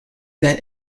that